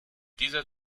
dieser